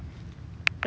enjoyable